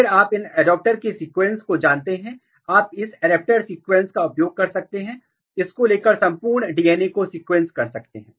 और फिर आप इन एडेप्टर के सीक्वेंस को जानते हैं और आप इस एडेप्टर सीक्वेंस का उपयोग कर सकते हैं और इसको लेकर संपूर्ण DNA को सीक्वेंस कर सकते हैं